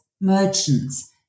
merchants